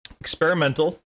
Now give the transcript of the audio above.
Experimental